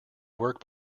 work